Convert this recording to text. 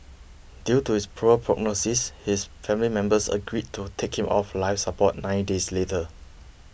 due to his poor prognosis his family members agreed to take him off life support nine days later